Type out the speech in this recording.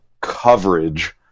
coverage